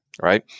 Right